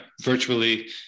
virtually